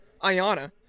Ayana